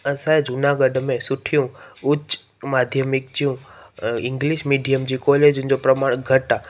असांजे जूनागढ़ में सुठियूं उच्च माध्यमिक जूं इंग्लिश मीडियम जूं कोलेजनि जो प्रमाण घटि आहे